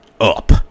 up